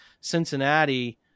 Cincinnati